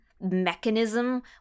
mechanism